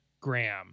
gram